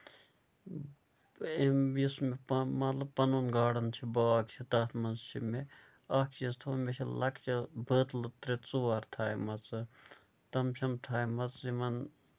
أمۍ یُس مےٚ پنُن گارڈن چھُ باغ چھُ تَتھ منٛز چھُ مےٚ اکھ چیٖز تھوٚومُت مےٚ چھِ لۄکچہِ بٲتلہٕ ترٛےٚ ژور پَتہٕ تھاومَژٕ تِم چھَم تھاومَژ یِمَن